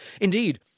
Indeed